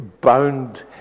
bound